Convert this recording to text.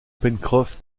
pencroff